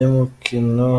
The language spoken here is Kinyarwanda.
y’umukino